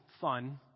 fun